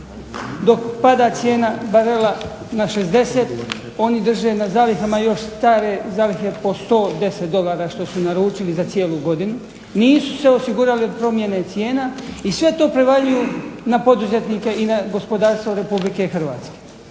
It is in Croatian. Dok pada cijena barela na 60 oni drže na zalihama još stare zalihe po 110 dolara što su naručili za cijelu godinu. Nisu se osigurale promjene cijena i sve to prevaljuju na poduzetnike i na gospodarstvo Republike Hrvatske.